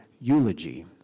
eulogy